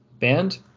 band